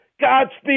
Godspeed